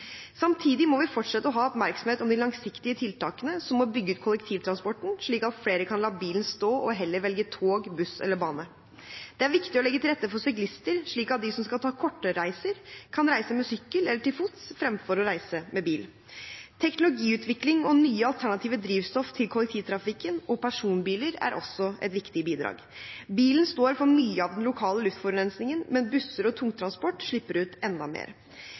Samtidig må vi fortsette å ha oppmerksomheten rettet mot de langsiktige tiltakene, som å bygge ut kollektivtransporten, slik at flere kan la bilen stå og heller velge tog, buss eller bane. Det er viktig å legge til rette for syklister, slik at de som skal ta korte reiser, kan reise med sykkel eller til fots fremfor å reise med bil. Teknologiutvikling og nye alternative drivstoff til kollektivtrafikken og personbiler er også et viktig bidrag. Bilen står for mye av den lokale luftforurensningen, men busser og tungtransport slipper ut enda mer.